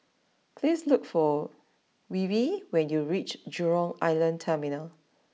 please look for Weaver when you reach Jurong Island Terminal